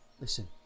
Listen